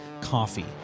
coffee